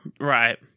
Right